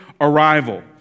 arrival